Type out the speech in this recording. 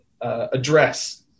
address